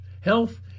health